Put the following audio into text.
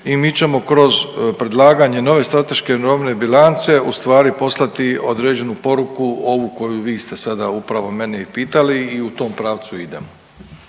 i mi ćemo kroz predlaganje nove strateške robne bilance ustvari poslati određenu poruku ovu koju vi ste sada upravo mene i pitali i u tom pravcu idemo.